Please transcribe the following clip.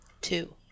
two